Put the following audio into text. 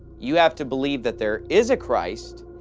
you have to believe that there is a christ,